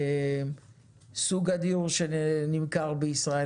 סוג הדיור שנמכר בישראל,